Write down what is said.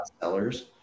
sellers